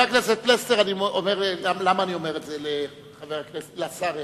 חבר הכנסת פלסנר, למה אני אומר את זה לשר הרצוג?